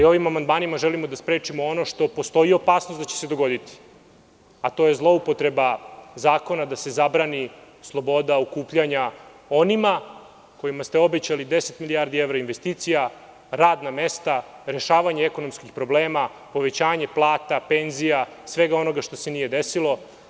Ovim amandmanima želimo da sprečimo ono za šta postoji opasnost da će se dogoditi, pa to je zloupotreba zakona da se zabrani sloboda okupljanja onima kojima ste obećali deset milijardi evra investicija, radna mesta, rešavanje ekonomskih problema, povećanje plata, penzija, svega onoga što se nije desilo.